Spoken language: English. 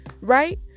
right